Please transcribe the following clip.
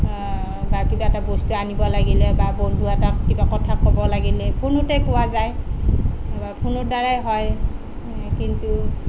বা কিবা এটা বস্তু আনিব লাগিলে বা বন্ধু এটাক কিবা কথা ক'ব লাগিলে ফোনতে কোৱা যায় নহ'বা ফোনৰদ্বাৰাই হয় কিন্তু